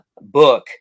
book